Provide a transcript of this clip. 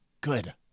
good